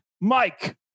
Mike